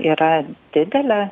yra didelė